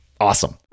Awesome